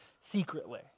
secretly